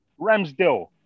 Ramsdale